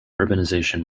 urbanization